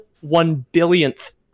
one-billionth